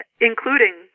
including